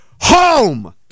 home